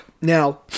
Now